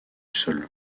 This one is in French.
sol